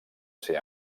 ser